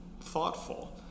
thoughtful